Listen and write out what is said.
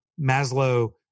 Maslow